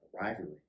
Rivalry